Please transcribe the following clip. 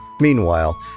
Meanwhile